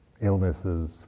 illnesses